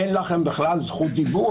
אין לכם בכלל זכות דיבור,